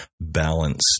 balance